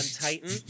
Titan